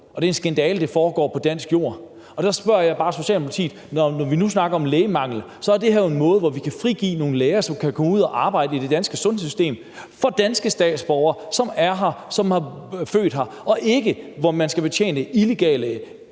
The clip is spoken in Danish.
og det er en skandale, at det foregår på dansk jord. Derfor spørger jeg bare Socialdemokratiet, fordi det her, når nu vi snakker om lægemangel, jo er en måde, hvorpå vi kan frigøre nogle læger, som kan komme ud og arbejde i det danske sundhedssystem for danske statsborgere, som er her, og som er født her, i stedet for at betjene illegale